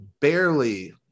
barely